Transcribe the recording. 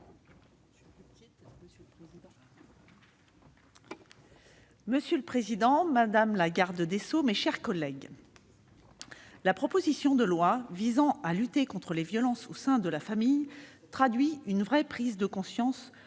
Monsieur le président, madame la garde des sceaux, mes chers collègues, la proposition de loi visant à agir contre les violences au sein de la famille traduit une véritable prise de conscience